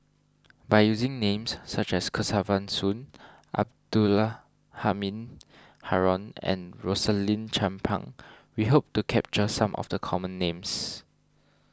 by using names such as Kesavan Soon Abdula Halim Haron and Rosaline Chan Pang we hope to capture some of the common names